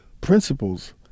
principles